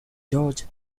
jorge